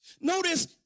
Notice